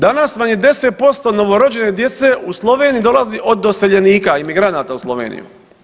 Danas vam je 10% novorođene djece u Sloveniji dolazi od doseljenika, imigranata u Sloveniju.